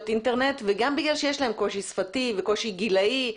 אינטרנט וגם בגלל שיש להם קושי שפתי וקושי גילאי.